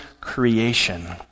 creation